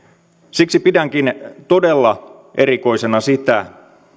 siksi pidänkin todella erikoisena sitä